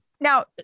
now